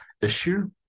issue